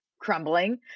crumbling